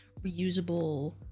reusable